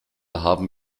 haben